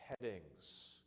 headings